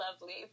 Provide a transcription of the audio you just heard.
lovely